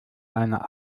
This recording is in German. einer